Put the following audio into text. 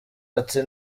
ati